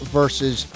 versus